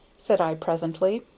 said i presently.